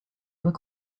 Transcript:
look